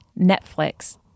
Netflix